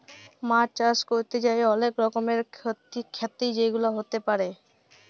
মাছ চাষ ক্যরতে যাঁয়ে অলেক রকমের খ্যতি যেগুলা হ্যতে পারে